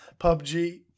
PUBG